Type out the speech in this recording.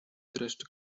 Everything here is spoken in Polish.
dreszcz